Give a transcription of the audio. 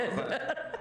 קושניר.